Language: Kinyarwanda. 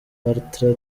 bartra